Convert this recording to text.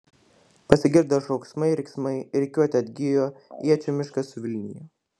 pasigirdo šauksmai riksmai rikiuotė atgijo iečių miškas suvilnijo